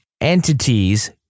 entities